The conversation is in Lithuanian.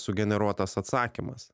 sugeneruotas atsakymas